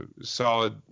solid